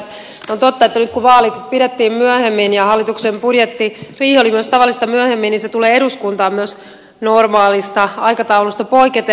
on totta että nyt kun vaalit pidettiin myöhemmin ja hallituksen budjettiriihi oli myös tavallista myöhemmin niin se tulee eduskuntaan myös normaalista aikataulusta poiketen